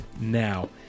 now